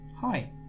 hi